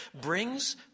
brings